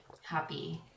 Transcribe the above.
happy